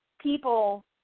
people